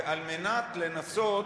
וכדי לנסות